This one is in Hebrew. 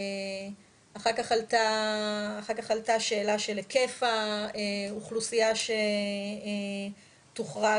אחר כך עלתה השאלה של היקף האוכלוסייה שתוחרג,